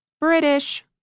British